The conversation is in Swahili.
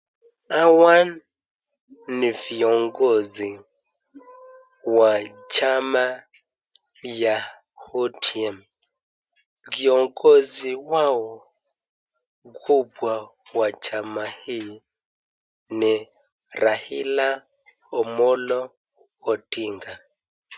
Hawa ni viongozi wa chama ya ODM. Kiongozi wao mkubwa wa chama hiki ni Raila Omollo Odinga.